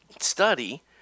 study